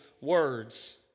words